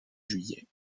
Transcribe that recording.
juillet